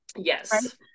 yes